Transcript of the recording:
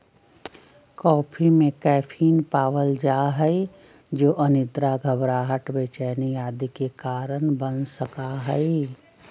coffee में caffeine पावल जा हई जो अनिद्रा, घबराहट, बेचैनी आदि के कारण बन सका हई